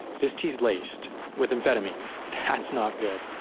this tea is laced, with amphetamines. that's not good.